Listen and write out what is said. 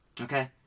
Okay